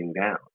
down